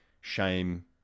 shame